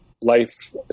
life